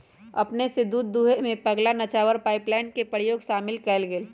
अपने स दूध दूहेमें पगला नवाचार पाइपलाइन के प्रयोग शामिल कएल गेल